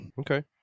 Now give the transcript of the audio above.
Okay